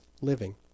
living